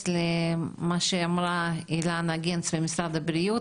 למה שאמרה אילנה גנס ממשרד הבריאות,